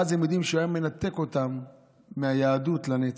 ואז הם יודעים שהוא היה מנתק אותם מהיהדות לנצח.